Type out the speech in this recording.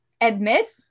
Admit